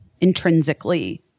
intrinsically